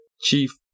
chief